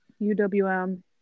UWM